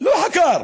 לא חקר,